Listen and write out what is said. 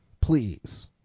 Please